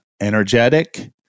energetic